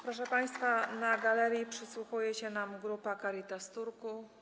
Proszę państwa, na galerii przysłuchuje się nam grupa Caritas z Turku.